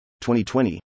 2020